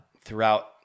throughout